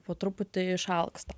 po truputį išalksta